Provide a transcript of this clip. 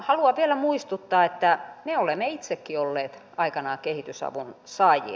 haluan vielä muistuttaa että me olemme itsekin olleet aikanaan kehitysavun saajia